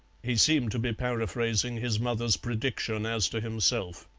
he seemed to be paraphrasing his mother's prediction as to himself.